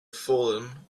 fallen